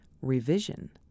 revision